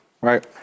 right